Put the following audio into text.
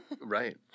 Right